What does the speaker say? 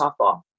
softball